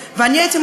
לשיקולך.